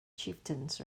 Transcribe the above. chieftains